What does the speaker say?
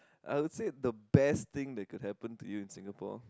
I'll say the best thing that could happen to you in Singapore